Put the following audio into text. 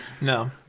No